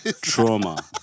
Trauma